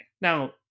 Now